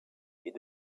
est